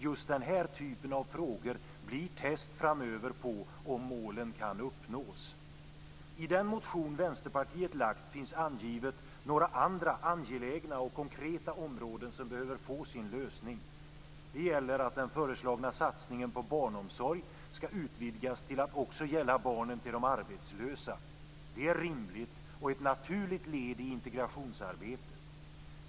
Just den här typen av frågor blir framöver test på om målen kan uppnås. I den motion som Vänsterpartiet väckt har angivits några andra angelägna och konkreta områden som behöver få en lösning. Vad det gäller är att den föreslagna satsningen på barnomsorg skall utvidgas till att också gälla barnen till de arbetslösa. Det är rimligt och ett naturligt led i integrationsarbetet.